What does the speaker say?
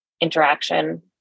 interaction